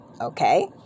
okay